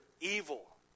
evil